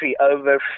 over